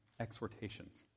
exhortations